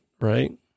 right